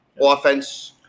offense